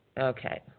Okay